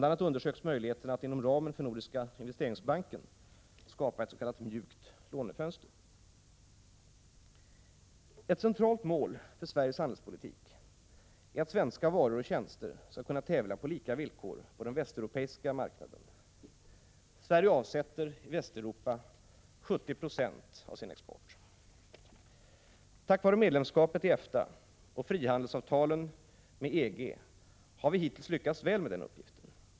a. undersöks möjligheterna att inom ramen för Nordiska investeringsbanken skapa ett s.k. mjukt lånefönster. Ett centralt mål för Sveriges handelspolitik är att svenska varor och tjänster skall kunna tävla på lika villkor på den västeuropeiska marknaden. Sverige avsätter i Västeuropa 70 90 av sin export. Tack vare medlemskapet i EFTA och frihandelsavtalen med EG har vi hittills lyckats väl med denna uppgift.